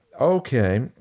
okay